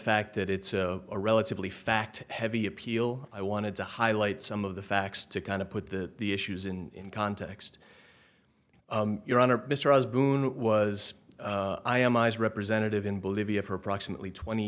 fact that it's a relatively fact heavy appeal i wanted to highlight some of the facts to kind of put the issues in context your honor mr as boone was i am eyes representative in bolivia for approximately twenty